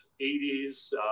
80s